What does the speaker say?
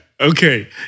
Okay